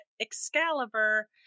Excalibur